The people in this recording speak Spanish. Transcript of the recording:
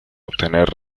obtener